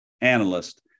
analyst